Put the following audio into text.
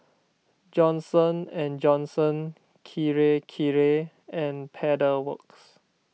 Johnson and Johnson Kirei Kirei and Pedal Works